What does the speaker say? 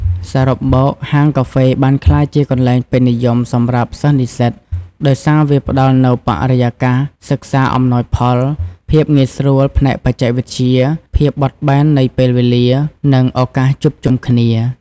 សរុបមក ហាងកាហ្វេបានក្លាយជាកន្លែងពេញនិយមសម្រាប់សិស្សនិស្សិត ដោយសារវាផ្ដល់នូវបរិយាកាសសិក្សាអំណោយផល ភាពងាយស្រួលផ្នែកបច្ចេកវិទ្យា ភាពបត់បែននៃពេលវេលា និងឱកាសជួបជុំគ្នា។